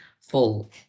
full